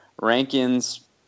Rankins